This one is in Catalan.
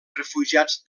refugiats